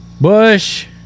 Bush